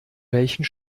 welchen